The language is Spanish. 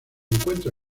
encuentra